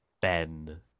ben